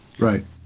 Right